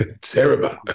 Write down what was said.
Terrible